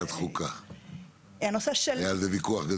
זה צבר אינפלציה